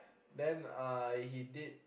then uh he did